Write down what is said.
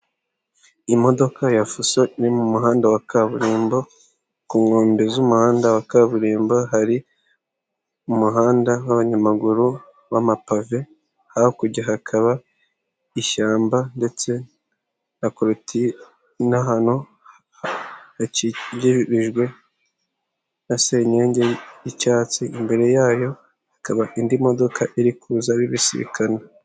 Imodokadoka ya fuso iri mu muhanda wa kaburimbo, ku nkombe z'umuhanda wa kaburimbo hari umuhanda w'abanyamaguru w'amapave, hakurya hakaba ishyamba ndetse na korutire hino hano yakingirijwe na senyenge y'icyatsi, imbere yayo hakaba indi modoka iri kuza bibisikana.